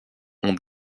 ont